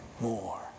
more